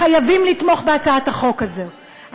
חייבים לתמוך בהצעת החוק הזאת.